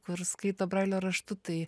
kur skaito brailio raštu tai